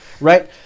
right